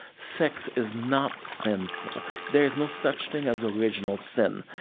sex is not sinful. there is no such thing as original sin.